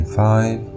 five